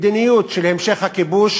מדיניות של המשך הכיבוש,